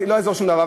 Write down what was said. לא יעזור שום דבר.